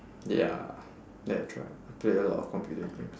ya that's right play a lot of computer games